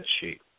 sheet